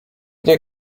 nie